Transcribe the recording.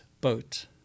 boat